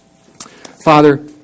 Father